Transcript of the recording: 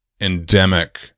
endemic